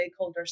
stakeholders